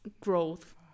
growth